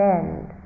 end